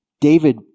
David